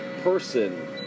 person